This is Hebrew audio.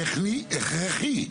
טכני, הכרחי.